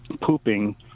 pooping